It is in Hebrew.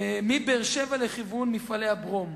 מבאר-שבע לכיוון מפעלי הברום.